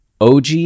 OG